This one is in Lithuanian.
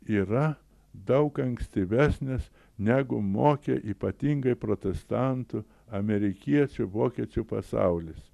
yra daug ankstyvesnės negu mokė ypatingai protestantų amerikiečių vokiečių pasaulis